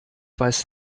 weiß